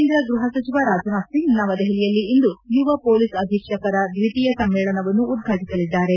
ಕೇಂದ್ರ ಗೃಹ ಸಚಿವ ರಾಜನಾಥ್ ಸಿಂಗ್ ನವದೆಹಲಿಯಲ್ಲಿ ಇಂದು ಯುವ ಪೊಲೀಸ್ ಅಧೀಕ್ಷಕರ ದ್ವಿತೀಯ ಸಮ್ಮೇಳನವನ್ನು ಉದ್ಘಾಟಿಸಲಿದ್ದಾರೆ